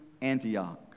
Antioch